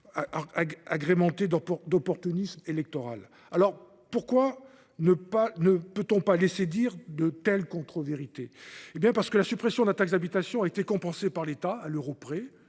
agrémentée d’opportunisme électoral… Pourquoi ne peut-on pas laisser dire de telles contre-vérités ? Parce que la suppression de la taxe d’habitation a été compensée par l’État, à l’euro près,